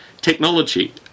technology